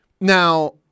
Now